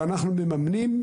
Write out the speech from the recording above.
ואנחנו מממנים.